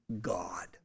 God